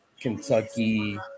Kentucky